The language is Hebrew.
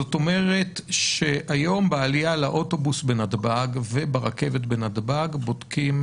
זאת אומרת שהיום בעלייה לאוטובוס בנתב"ג וברכבת בנתב"ג בודקים?